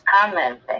commenting